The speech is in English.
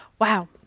Wow